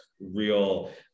real